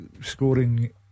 scoring